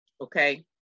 Okay